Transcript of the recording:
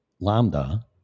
Lambda